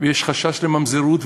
ויש חשש לממזרות,